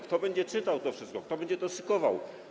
Kto będzie czytał to wszystko, kto będzie to szykował?